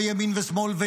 וימין ושמאל,